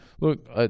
look